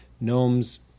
GNOME's